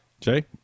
Jay